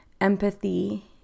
empathy